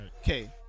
Okay